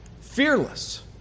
fearless